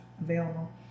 available